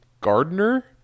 gardener